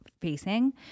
facing